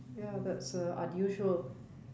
ya that's uh unusual